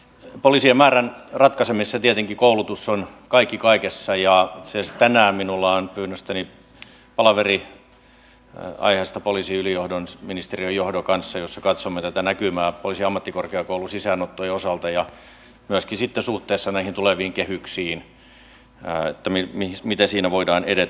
poliisien määrän ratkaisemisessa tietenkin koulutus on kaikki kaikessa ja itse asiassa tänään minulla on pyynnöstäni palaveri aiheesta poliisiylijohdon ministeriön johdon kanssa jossa katsomme tätä näkymää poliisiammattikorkeakoulun sisäänottojen osalta ja myöskin sitten suhteessa näihin tuleviin kehyksiin miten siinä voidaan edetä